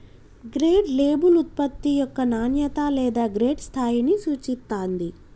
grade label ఉత్పత్తి యొక్క నాణ్యత లేదా గ్రేడ్ స్థాయిని సూచిత్తాంది